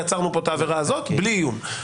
יצרנו פה את העבירה הזאת בלי איום.